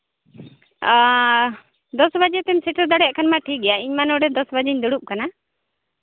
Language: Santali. ᱟᱨ ᱫᱚᱥ ᱵᱟᱡᱮ ᱛᱮᱢ ᱥᱮᱴᱮᱨ ᱫᱟᱲᱮᱭᱟᱜ ᱠᱷᱟᱱ ᱢᱟ ᱴᱷᱤᱠ ᱜᱮᱭᱟ ᱤᱧᱢᱟ ᱱᱚᱸᱰᱮ ᱫᱚᱥ ᱵᱟᱡᱮᱧ ᱫᱩᱲᱩᱵ ᱠᱟᱱᱟ